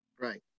Right